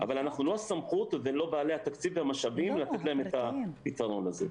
אבל אנחנו לא הסמכות ולא בעלי התקציב למשאבים לתת להם את הפתרון הזה.